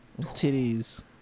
Titties